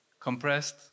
Compressed